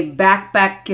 backpack